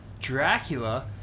Dracula